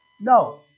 No